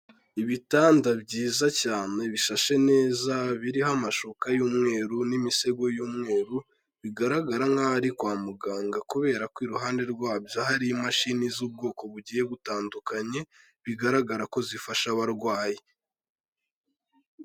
Ibitanda byiza cyane bishashe neza, biriho amashuka y'umweru n'imisego y'umweru, bigaragara nkaho ari kwa muganga, kubera ko iruhande rwabyo hari imashini z'ubwoko bugiye butandukanye, bigaragara ko zifasha abarwayi.